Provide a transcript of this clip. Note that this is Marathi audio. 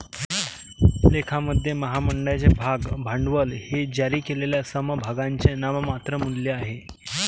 लेखामध्ये, महामंडळाचे भाग भांडवल हे जारी केलेल्या समभागांचे नाममात्र मूल्य आहे